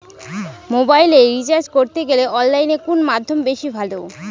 মোবাইলের রিচার্জ করতে গেলে অনলাইনে কোন মাধ্যম বেশি ভালো?